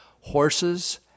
horses